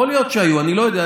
יכול להיות שהיו, אני לא יודע.